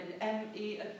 M-E